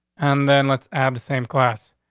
and then let's add the same class.